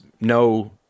no